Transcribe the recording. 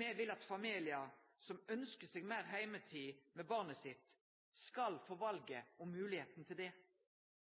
me vil at familiar som ønskjer seg meir heimetid med barnet sitt, skal få valet og moglegheita til det.